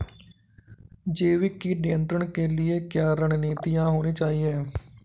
जैविक कीट नियंत्रण के लिए क्या रणनीतियां होनी चाहिए?